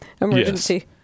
emergency